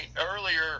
earlier